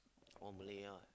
all Malay ah